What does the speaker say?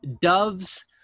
Doves